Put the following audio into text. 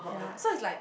so it's like